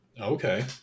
Okay